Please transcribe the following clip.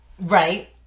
Right